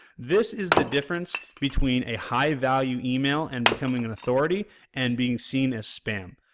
this is the difference between a high-value email and becoming an authority and being seen as spam.